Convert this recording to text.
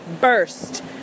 burst